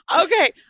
Okay